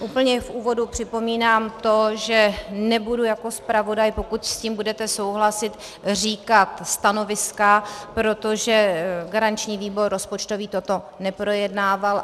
Úplně v úvodu připomínám to, že nebudu jako zpravodaj, pokud s tím budete souhlasit, říkat stanoviska, protože garanční výbor rozpočtový toto neprojednával.